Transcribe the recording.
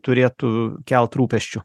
turėtų kelt rūpesčių